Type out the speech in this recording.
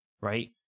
right